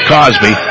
Cosby